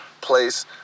place